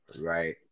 Right